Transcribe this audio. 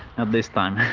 at this time